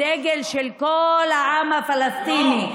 דגל של כל העם הפלסטיני,